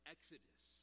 Exodus